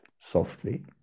softly